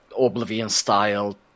Oblivion-style